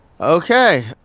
Okay